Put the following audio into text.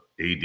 AD